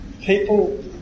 people